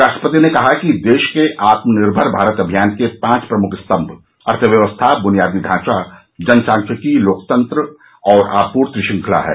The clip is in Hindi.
राष्ट्रपति ने कहा कि देश के आत्मनिर्भर भारत अभियान के पांच प्रमुख स्तंभ अर्थव्यवस्था बुनियादी ढांचा जनसांख्यिकी लोकतंत्र और आपूर्ति श्रृंखला हैं